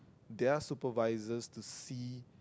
their supervisors to see